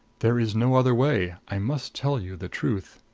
there is no other way i must tell you the truth.